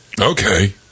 Okay